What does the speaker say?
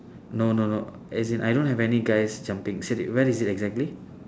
no no no as in I don't have any guy's jumping siddiq where is it exactly